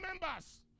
members